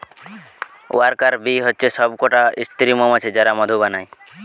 worker bee হচ্ছে সব কটা স্ত্রী মৌমাছি যারা মধু বানায়